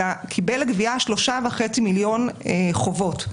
אלא קיבל לגבייה 3,500,000 מיליון חובות.